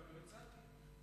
לא הצעתי.